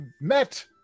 met